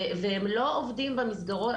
והם לא עובדים במסגרות,